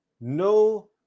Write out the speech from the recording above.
no